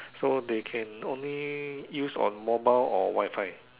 so they can only use on mobile or Wifi